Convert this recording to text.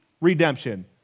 redemption